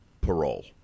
parole